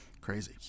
Crazy